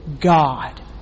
God